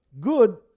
good